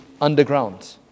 underground